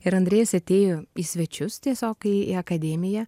ir andrėjus atėjo į svečius tiesiog į akademiją